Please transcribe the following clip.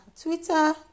Twitter